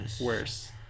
worse